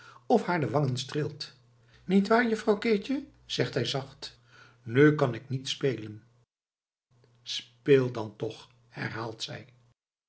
of haar de wangen streelt niet waar juffrouw keetje zegt hij zacht nu kan ik niet spelen speel dan toch herhaalt zij